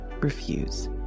refuse